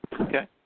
Okay